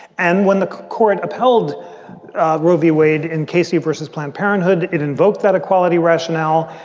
and when the court upheld roe v. wade and casey versus planned parenthood, it invoked that equality rationale.